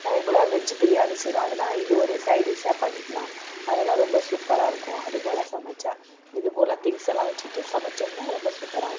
அதே போல் வெஜ்ஜு பிரியாணி செய்கிறோம் அதுனால் இது ஒரு சைடிஷாக பண்ணிக்கலாம் அதனால ரொம்ப சூப்பராக இருக்கும் அதுபோல் சமைச்சால் இது போல் திங்ஸெல்லாம் வச்சிகிட்டு சமைச்சோம்னா ரொம்ப சூப்பராக இருக்கும்